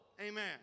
Amen